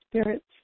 spirits